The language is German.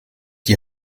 die